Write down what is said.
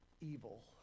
evil